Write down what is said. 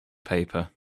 paper